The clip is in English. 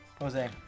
Jose